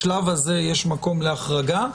לדעתי בשלב הזה יש מקום להחרגה,